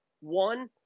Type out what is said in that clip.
one